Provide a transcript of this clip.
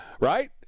right